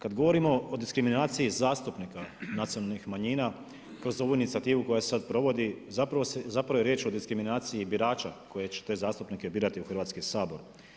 Kad govorimo o diskriminaciji zastupnika nacionalnih manjina, kroz ovu inicijativu koja se sada provodi, zapravo je riječ o diskriminaciji birača, koje će te zastupnike birati u Hrvatski sabor.